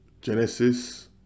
Genesis